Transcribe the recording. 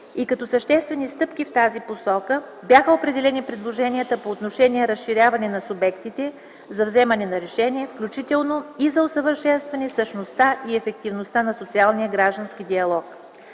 и като съществени стъпки в тази посока бяха определени предложенията по отношение разширяване на субектите за вземане на решение, включително и за усъвършенстване същността и ефективността на социалния и гражданския диалог.